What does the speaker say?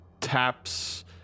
taps